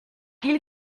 ils